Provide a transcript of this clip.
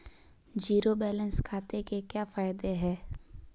Zero balance खाते के क्या फायदे हैं?